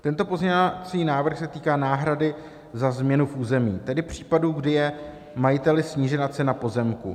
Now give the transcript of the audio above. Tento pozměňovací návrh se týká náhrady za změnu v území, tedy případu, kdy je majiteli snížena cena pozemku.